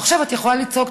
עכשיו את יכולה לצעוק,